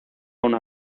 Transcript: una